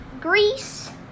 Greece